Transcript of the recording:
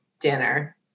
dinner